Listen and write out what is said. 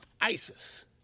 ISIS